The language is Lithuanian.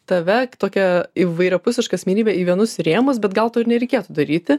tave tokią įvairiapusišką asmenybę į vienus rėmus bet gal to ir nereikėtų daryti